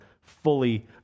fully